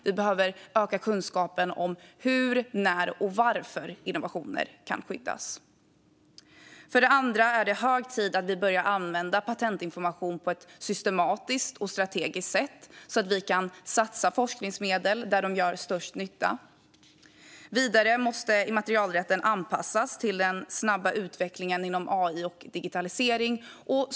Vi behöver öka kunskapen om hur, när och varför innovationer kan skyddas. För det andra är det hög tid att vi börjar använda patentinformation på ett systematiskt och strategiskt sätt så att vi kan satsa forskningsmedel där de gör störst nytta. Vidare måste immaterialrätten anpassas till den snabba utvecklingen när det gäller AI och digitalisering.